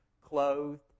clothed